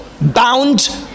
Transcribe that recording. bound